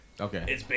Okay